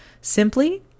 Simply